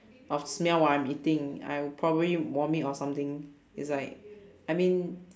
of smell while I'm eating I'll probably vomit or something it's like I mean